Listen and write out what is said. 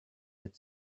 had